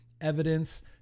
evidence